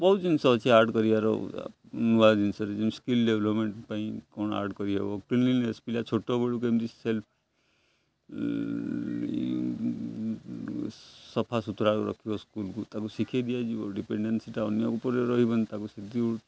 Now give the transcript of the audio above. ବହୁତ ଜିନିଷ ଅଛି ଆଡ୍ କରିବାର ନୂଆ ଜିନିଷରେ ଯେମିତି ସ୍କିଲ ଡେଭଲପମେଣ୍ଟ ପାଇଁ କ'ଣ ଆଡ୍ କରିହବ କ୍ଲିନିଂନେସ ପିଲା ଛୋଟବେଳୁ କେମିତି ସେଲଫ ସଫା ସୁତୁରା ରଖିବ ସ୍କୁଲକୁ ତାକୁ ଶିଖେଇ ଦିଆଯିବ ଡିପେଣ୍ଡେନ୍ସିଟା ଅନ୍ୟ ଉପରେ ରହିବନି ତାକୁ ସେଥିରୁ